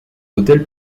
hôtels